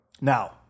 Now